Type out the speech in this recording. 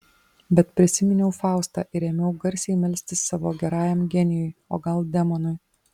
bet prisiminiau faustą ir ėmiau garsiai melstis savo gerajam genijui o gal demonui